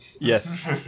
yes